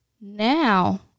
now